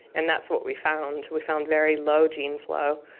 and that's what we found. we found very low gene flow.